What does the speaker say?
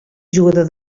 jugador